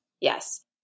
Yes